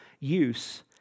Use